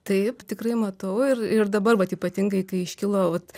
taip tikrai matau ir ir dabar vat ypatingai kai iškilo vat